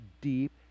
deep